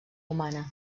humana